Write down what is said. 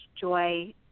joy